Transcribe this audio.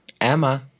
Emma